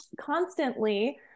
constantly